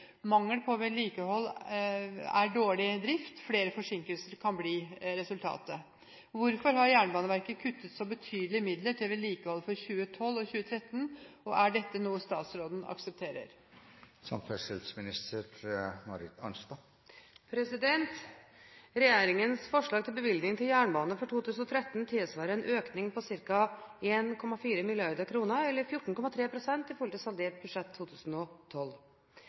Mangel på vedlikehold er dårlig drift. Flere forsinkelser kan bli resultatet. Hvorfor har Jernbaneverket kuttet så betydelig i midler til vedlikehold for 2012 og 2013, og er dette noe statsråden aksepterer?» Regjeringens forslag til bevilgning til jernbanen for 2013 tilsvarer en økning på ca. 1,4 mrd. kr eller 14,3 pst. i forhold til saldert budsjett for 2012.